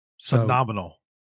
phenomenal